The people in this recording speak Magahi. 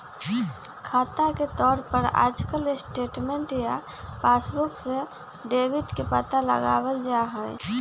खाता के तौर पर आजकल स्टेटमेन्ट या पासबुक से डेबिट के पता लगावल जा हई